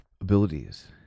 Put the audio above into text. abilities